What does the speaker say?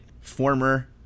former